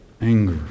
anger